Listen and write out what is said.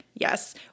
Yes